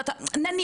ואתה אומר נניח.